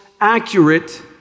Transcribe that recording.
accurate